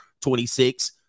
26